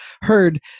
heard